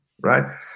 right